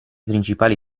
principali